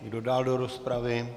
Kdo dál do rozpravy?